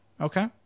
Okay